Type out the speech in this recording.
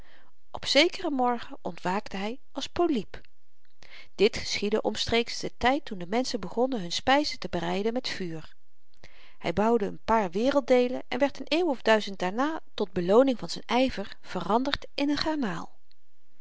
op zekeren morgen ontwaakte hy als poliep dit geschiedde omstreeks den tyd toen de menschen begonnen hun spyzen te bereiden met vuur hy bouwde n paar werelddeelen en werd n eeuw of duizend daarna tot belooning van z'n yver veranderd in n